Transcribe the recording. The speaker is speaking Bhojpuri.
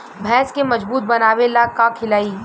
भैंस के मजबूत बनावे ला का खिलाई?